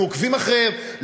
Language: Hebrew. אנחנו עוקבים אחריהם.